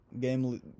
game